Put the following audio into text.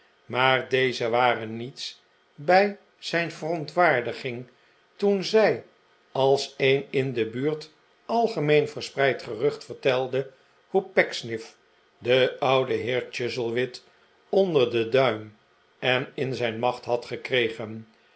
maar deze waren niets bij zijn verontwaardiging toen zij als een in de buurt algemeen verspreid gerucht vertelde hoe pecksniff den ouden heer chuzzlewit onder den duim en in zijn macht had gekregen